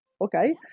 Okay